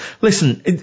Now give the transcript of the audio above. listen